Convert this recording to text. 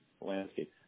landscape